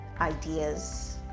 ideas